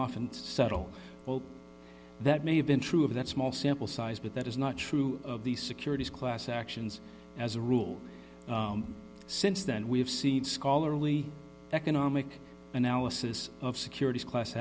often settle well that may have been true of that small sample size but that is not true of the securities class actions as a rule since then we have seen scholarly economic analysis of securities class